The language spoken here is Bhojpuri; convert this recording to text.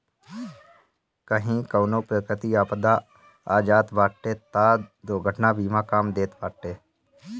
कही कवनो प्राकृतिक आपदा आ जात बाटे तअ दुर्घटना बीमा काम देत बाटे